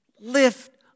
lift